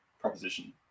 proposition